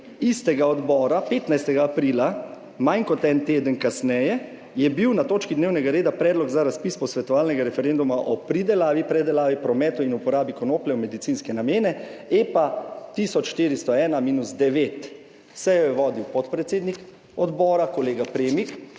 istega odbora 15. aprila. manj kot en teden kasneje, je bil na točki dnevnega reda Predlog za razpis posvetovalnega referenduma o pridelavi, predelavi, prometu in uporabi konoplje v medicinske namene (EPA 1401-IX). Sejo je vodil podpredsednik odbora, kolega Premik,